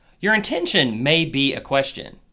your intention may be a question.